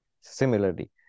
Similarly